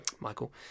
Michael